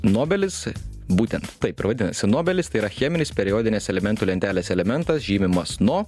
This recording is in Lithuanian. nobelis būtent taip ir vadinasi nobelis tai yra cheminis periodinės elementų lentelės elementas žymimas no